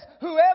whoever